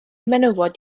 menywod